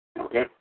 Okay